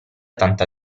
tanta